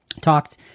talked